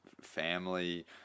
family